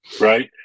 right